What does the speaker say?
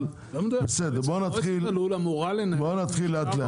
אבל בסדר, בוא נתחיל לאט לאט.